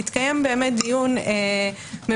שם